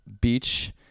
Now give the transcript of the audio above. beach